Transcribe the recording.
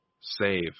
save